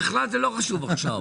זה לא חשוב עכשיו,